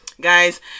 guys